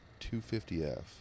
250F